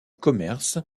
commerce